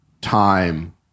time